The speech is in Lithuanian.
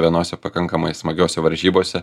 vienose pakankamai smagiose varžybose